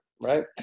right